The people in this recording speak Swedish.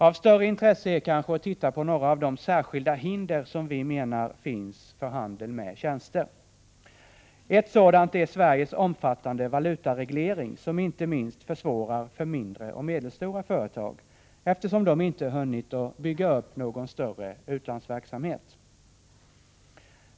Av större intresse är kanske att titta på några av de särskilda hinder som vi menar finns för handel med tjänster. Ett sådant är Sveriges omfattande valutareglering, som inte minst försvårar det för mindre och medelstora företag, eftersom de inte hunnit bygga upp någon större utlandsverksamhet.